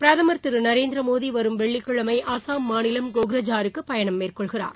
பிரதமர் திரு நரேந்திரமோடி வரும் வெள்ளிக்கிழமை அஸ்ஸாம் மாநில கோக்ரஜாருக்கு பயணம் மேற்கொள்கிறார்